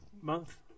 month